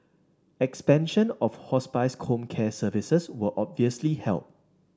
expansion of hospice home care services will obviously help